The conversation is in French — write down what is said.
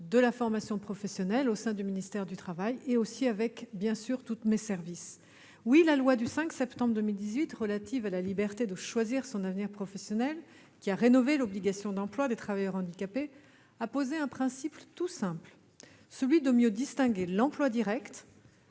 à la formation professionnelle du ministère du travail et, bien sûr, avec mes services. Oui, la loi du 5 septembre 2018 pour la liberté de choisir son avenir professionnel, qui a rénové l'obligation d'emploi de travailleurs handicapés, a posé un principe tout simple : mieux distinguer l'emploi direct